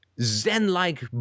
Zen-like